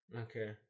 Okay